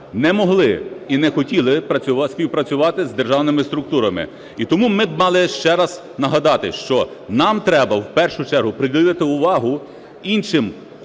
не могли і не хотіли співпрацювати з державним структурами. І тому ми мали ще раз нагадати, що нам треба в першу чергу приділити увагу іншим